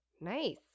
Nice